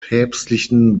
päpstlichen